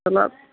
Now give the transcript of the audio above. ಚೊಲೋ